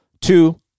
Two